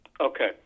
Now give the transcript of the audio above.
Okay